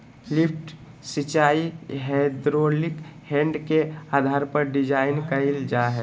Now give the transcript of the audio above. lift सिंचाई hydraulic head के आधार पर डिजाइन कइल हइ